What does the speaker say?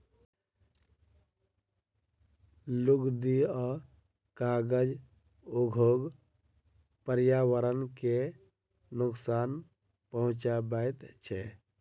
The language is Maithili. लुगदी आ कागज उद्योग पर्यावरण के नोकसान पहुँचाबैत छै